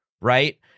right